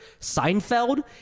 Seinfeld